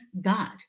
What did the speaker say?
God